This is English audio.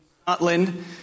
Scotland